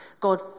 God